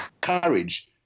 courage